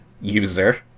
user